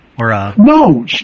No